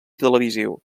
televisiu